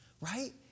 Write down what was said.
right